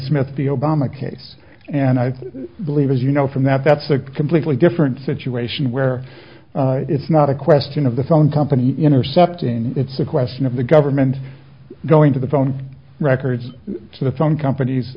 smith the obama case and i believe as you know from that that's a completely different situation where it's not a question of the phone company intercepting it's a question of the government going to the phone records to the phone companies